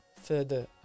further